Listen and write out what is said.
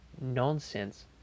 nonsense